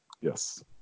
Yes